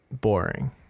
boring